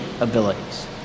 abilities